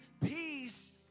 peace